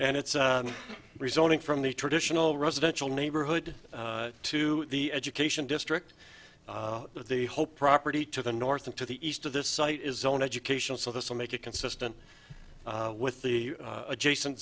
and its rezoning from the traditional residential neighborhood to the education district of the hoa property to the north and to the east of this site is zone educational so this will make it consistent with the adjacent